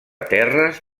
terres